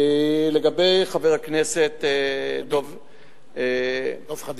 לגבי חבר הכנסת חנין,